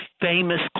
famous